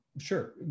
Sure